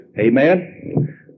Amen